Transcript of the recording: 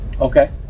Okay